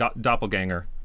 doppelganger